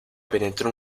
penetró